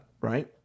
right